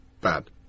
bad